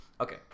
Okay